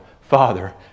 Father